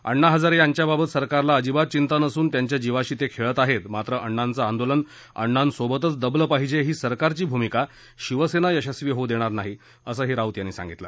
अण्णा हजारे यांच्याबाबत सरकारला अजिबात चिंता नसून त्यांच्या जीवाशी ते खेळत आहेत मात्र अण्णांचं आंदोलन अण्णांसोबतच दबलं पाहिजे ही सरकारची भूमिका शिवसेना यशस्वी होऊ देणार नाही असंही राऊत म्हणाले